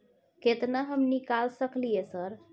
केतना हम निकाल सकलियै सर?